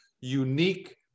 unique